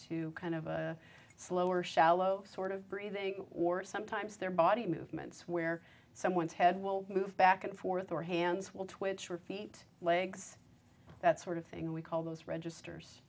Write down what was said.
to kind of a slower shallow sort of breathing or sometimes their body movements where someone's head will move back and forth or hands will twitch or feet legs that sort of thing we call those registers